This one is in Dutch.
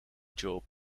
job